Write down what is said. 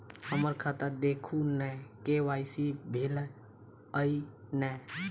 हम्मर खाता देखू नै के.वाई.सी भेल अई नै?